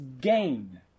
gain